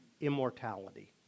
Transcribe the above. immortality